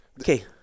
Okay